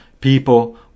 people